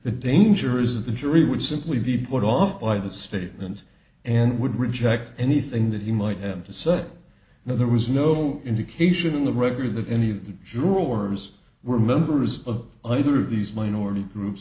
the danger is the jury would simply be put off by the statement and would reject anything that he might have to say no there was no indication in the record that any of the jurors were members of either of these minority groups